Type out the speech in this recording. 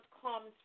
comes